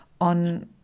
on